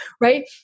right